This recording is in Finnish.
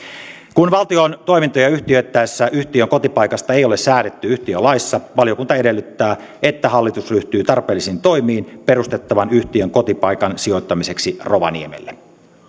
kun valtion toimintoja yhtiöitettäessä yhtiön kotipaikasta ei ole säädetty yhtiölaissa valiokunta edellyttää että hallitus ryhtyy tarpeellisiin toimiin perustettavan yhtiön kotipaikan sijoittamiseksi rovaniemelle